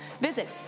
Visit